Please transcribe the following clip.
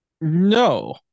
no